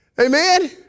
amen